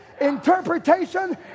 Interpretation